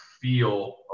feel